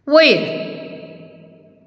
वयर